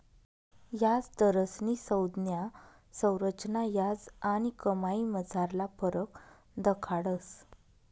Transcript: याजदरस्नी संज्ञा संरचना याज आणि कमाईमझारला फरक दखाडस